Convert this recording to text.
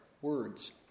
words